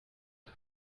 und